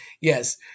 Yes